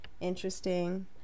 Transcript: interesting